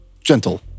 gentle